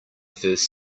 first